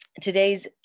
Today's